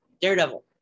Daredevil